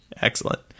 excellent